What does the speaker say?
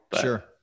Sure